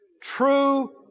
true